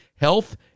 health